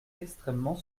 extrêmement